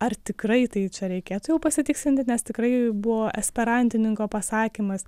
ar tikrai tai čia reikėtų jau pasitikslinti nes tikrai buvo esperantininko pasakymas